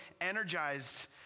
energized